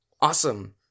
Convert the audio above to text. Awesome